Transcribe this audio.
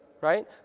Right